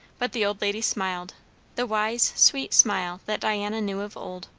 but the old lady smiled the wise, sweet smile that diana knew of old.